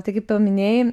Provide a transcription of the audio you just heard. tai kaip paminėjai